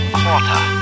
quarter